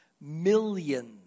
Millions